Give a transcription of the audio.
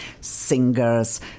singers